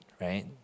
right